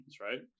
Right